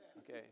Okay